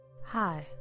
Hi